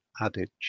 adage